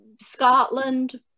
Scotland